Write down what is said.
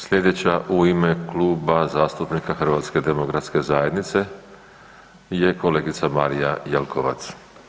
Sljedeća u ime Kluba zastupnika HDZ-a je kolegica Marija Jelkovac.